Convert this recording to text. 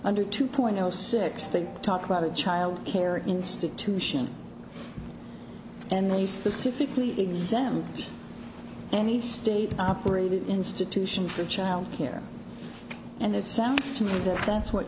hundred two point zero six they talk about a child care institution and they specifically examine any state operated institution for child care and it sounds to me that that's what